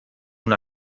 una